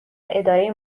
اداره